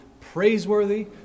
praiseworthy